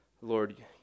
Lord